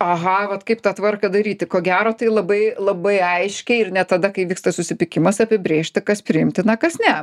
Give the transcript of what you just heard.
aha vat kaip tą tvarką daryti ko gero tai labai labai aiškiai ir ne tada kai vyksta susipykimas apibrėžti kas priimtina kas ne